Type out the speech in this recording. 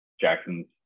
Jackson's